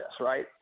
right